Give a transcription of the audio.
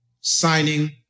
signing